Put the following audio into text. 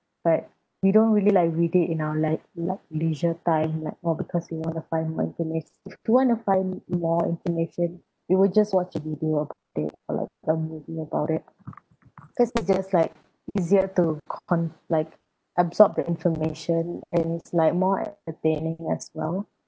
but we don't really like read it in our life like leisure time like why because you want to find if you want to find more information you would just watch a video about it cause it's just like easier to con~ like absorb the information and it's like more entertaining as well